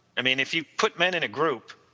i mean, if you put men in a group,